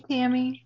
Tammy